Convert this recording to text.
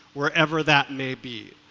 wherever that may be.